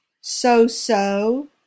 so-so